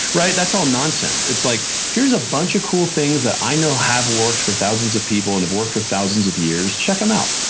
right? that's all nonsense. it's like, here's a bunch of cool things that i know have worked for thousands of people and it worked for thousands of years. check them out.